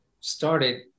started